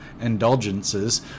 indulgences